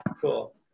cool